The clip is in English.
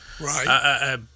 Right